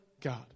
God